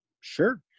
sure